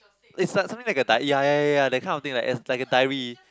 it's like something like a di~ ya ya ya that kind of thing lah it's like like a diary